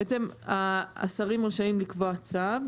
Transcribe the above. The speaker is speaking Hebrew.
בעצם השרים רשאים לקבוע צו,